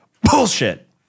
Bullshit